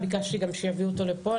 ביקשתי גם שיביאו אותו לפה.